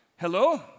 Hello